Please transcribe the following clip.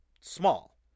small